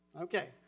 Okay